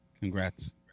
Congrats